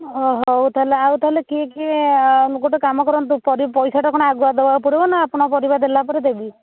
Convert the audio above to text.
ଅ ହୋ ହେଉ ତାହେଲେ ଆଉ ତାହେଲେ କି କି ଆ ଗୋଟେ କାମ କରନ୍ତୁ ପରି ପଇସାଟା କ'ଣ ଆଗୁଆ ଦେବାକୁ ପଡ଼ିବ ନା ଆପଣ ପରିବା ଦେଲା ପରେ ଦେବି